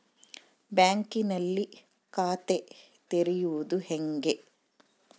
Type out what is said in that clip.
ಬ್ಯಾಂಕಿನಲ್ಲಿ ಖಾತೆ ತೆರೆಯುವುದು ಹೇಗೆ?